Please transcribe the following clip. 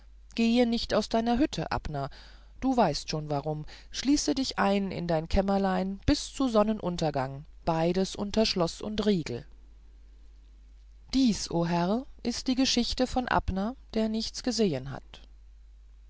gehe nicht aus deiner hütte abner du weißt schon warum schließe dich ein in dein kämmerlein bis zu sonnenuntergang beides unter schloß und riegel dies o herr ist die geschichte von abner der nichts gesehen hat